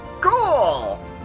Cool